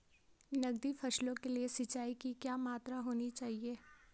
नकदी फसलों के लिए सिंचाई की क्या मात्रा होनी चाहिए?